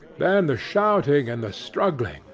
then the shouting and the struggling,